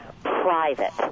private